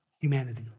humanity